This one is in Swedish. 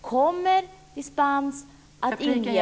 Kommer dispens att medges ...